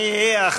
אין מסך, אין מסך.